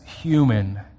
human